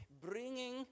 bringing